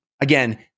Again